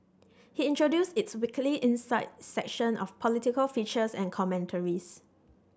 he introduced its weekly insight section of political features and commentaries